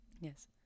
Yes